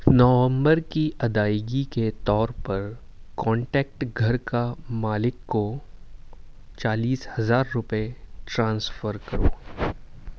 نومبر کی ادائیگی کے طور پر کانٹیکٹ گھر کا مالک کو چالیس ہزار روپئے ٹرانسفر کرو